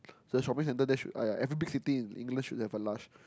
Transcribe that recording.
the shopping there should !aiya! every big city in England should have a Lush